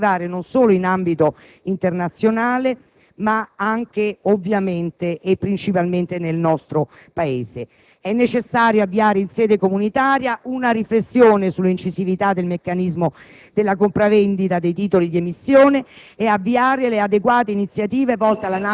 e misure ancora più incisive da attivare non solo in ambito internazionale, ma anche ovviamente e principalmente nel nostro Paese. È necessario poi avviare, in sede comunitaria, sia una riflessione sull'incisività del meccanismo della compravendita di titoli di emissioni